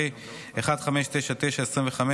פ/1599/25,